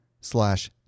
slash